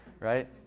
right